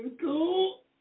cool